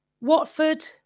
Watford